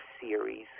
series